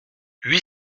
huit